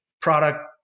product